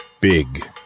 Big